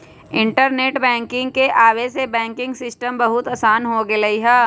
internet banking के आवे से बैंकिंग सिस्टम बहुत आसान हो गेलई ह